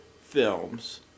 films